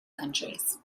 countries